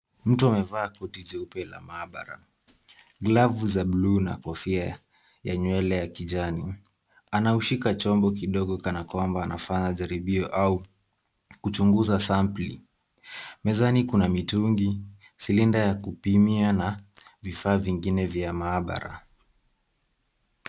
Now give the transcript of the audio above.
Mtu amevaa koti jeupe la maabara, glavu za bluu na kofia ya nywele ya kijani. Anaushika chombo kidogo kana kwamba anafanya jaribio au kuchunguza sampuli. Mezani kuna mitungi, silinda ya kupimia na vifaa vingine vya maabara.